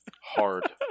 hard